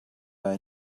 are